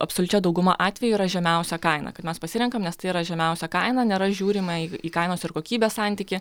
absoliučia dauguma atvejų yra žemiausia kaina kaip mes pasirenkam nes tai yra žemiausia kaina nėra žiūrima į kainos ir kokybės santykį